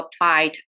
applied